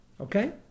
Okay